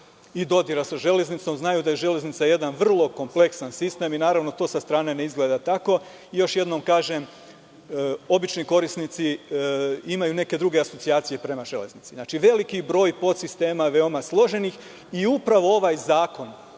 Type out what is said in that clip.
i dodira sa železnicom znaju da je železnica jedan vrlo kompleksan sistem. Naravno, to sa strane ne izgleda tako. Još jednom kažem, obični korisnici imaju neke druge asocijacije prema železnici. Znači, veliki broj podsistema veoma složenih. Upravo ovaj zakon,